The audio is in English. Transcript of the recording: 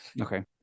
okay